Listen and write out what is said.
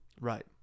Right